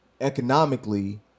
economically